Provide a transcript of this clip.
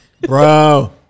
bro